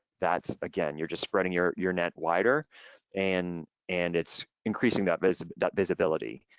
that's again, you're just spreading your your net wider and and it's increasing that but that visibility.